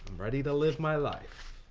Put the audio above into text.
ready to live my life.